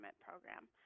program